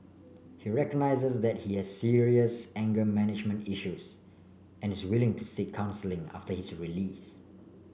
he recognises that he has serious anger management issues and is willing to seek counselling after his release